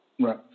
Right